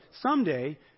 someday